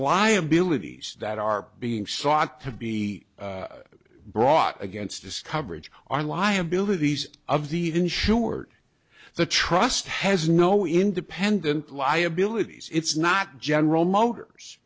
liabilities that are being sought to be brought against this coverage are liabilities of the insured the trust has no independent liabilities it's not general motors